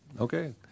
Okay